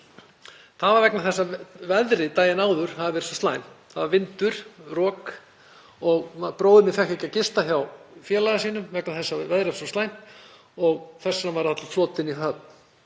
Það var vegna þess að veðrið daginn áður hafði verið svo slæmt, það var vindur og rok og bróðir minn fékk ekki að gista hjá félaga sínum vegna þess að veðrið var svo slæmt. Þess vegna var allur flotinn í höfn.